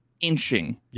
inching